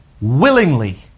willingly